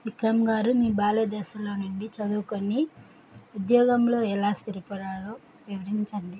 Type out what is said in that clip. విక్రమ్గారు మీ బాల్య దశలో నుండి చదువుకొని ఉద్యోగంలో ఎలా స్థిరపడాలో వివరించండి